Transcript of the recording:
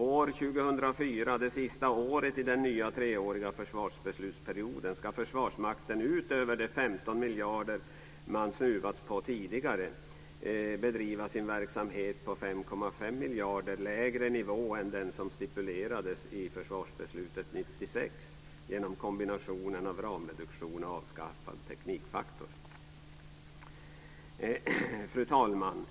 År 2004 - det sista året i den nya treåriga försvarsbeslutsperioden - ska Försvarsmakten utöver de 15 miljarder kronor som den snuvats på tidigare bedriva sin verksamhet på 5,5 miljarder kronor lägre nivå än den som stipulerades i försvarsbeslutet 1996 genom kombinationen av ramreduktion och avskaffad teknikfaktor. Fru talman!